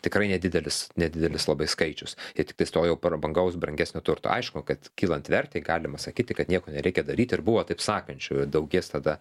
tikrai nedidelis nedidelis labai skaičius ir tiktais to jau prabangaus brangesnio turto aišku kad kylant vertei galima sakyti kad nieko nereikia daryti ir buvo taip sakančių daugės tada